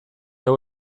hau